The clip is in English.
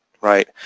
right